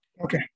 Okay